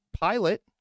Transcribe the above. pilot